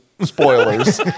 spoilers